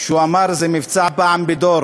שהוא אמר: זה מבצע של פעם בדור,